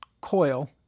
coil